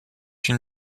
une